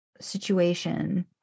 situation